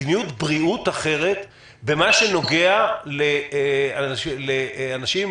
מדיניות בריאות אחרת במה שנוגע לאנשים עם